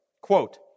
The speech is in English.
Quote